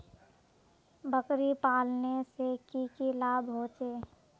बकरी पालने से की की लाभ होचे?